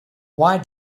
why